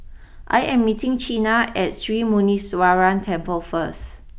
I am meeting Chyna at Sri Muneeswaran Temple first